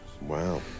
Wow